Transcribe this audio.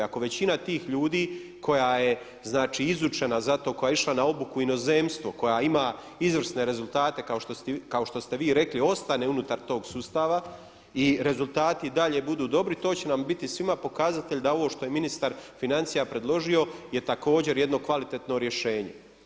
Ako većina tih ljudi koja je znači izučena za to, koja je išla na obuku u inozemstvo, koja ima izvrsne rezultate kao što ste vi i rekli ostane unutar tog sustava i rezultati i dalje budu dobri, to će nam biti svima pokazatelj da ovo što je ministar financija predložio je također jedno kvalitetno rješenje.